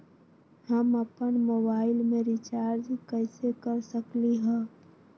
हम अपन मोबाइल में रिचार्ज कैसे कर सकली ह?